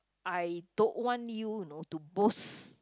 I don't want you you know to boast